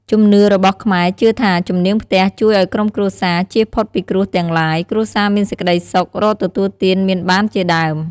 ជំនឿរបស់ខ្មែរជឿថាជំនាងផ្ទះជួយឲ្យក្រុមគ្រួសារជៀសផុតពីគ្រោះទាំងឡាយ គ្រួសារមានសេចក្ដីសុខ រកទទួលទានមានបានជាដើម។